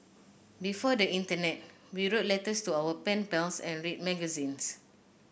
before the internet we wrote letters to our pen pals and read magazines